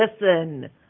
listen